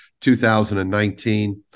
2019